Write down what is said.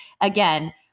again